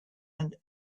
and